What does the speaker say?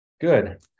Good